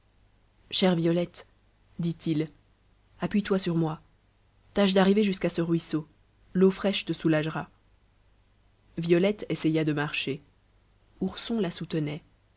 chère violette dit-il appuie-toi sur moi tâche d'arriver jusqu'à ce ruisseau l'eau fraîche te soulagera violette essaya de marcher ourson la soutenait